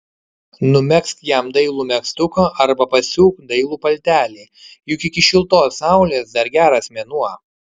numegzk jam dailų megztuką arba pasiūk dailų paltelį juk iki šiltos saulės dar geras mėnuo